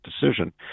decision